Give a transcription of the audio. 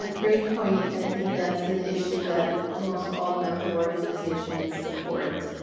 ah great point. and i think that's an issue that almost all the medical organizations support.